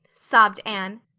sobbed anne.